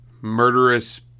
murderous